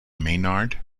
maynard